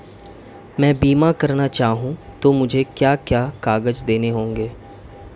मैं बीमा करना चाहूं तो मुझे क्या क्या कागज़ देने होंगे?